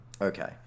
Okay